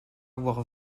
avoir